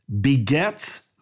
begets